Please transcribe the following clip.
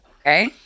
Okay